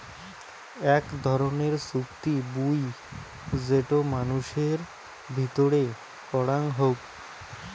আক ধরণের চুক্তি বুই যেটো মানুষের ভিতরে করাং হউ